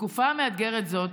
בתקופה מאתגרת זו,